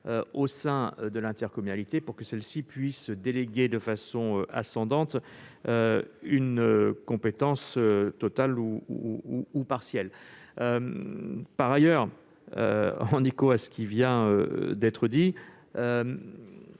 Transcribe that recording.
au sein de l'intercommunalité, afin que celle-ci puisse déléguer de façon ascendante une compétence totale ou partielle. En écho à ce qui vient d'être